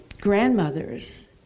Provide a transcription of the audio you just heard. grandmothers